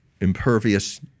impervious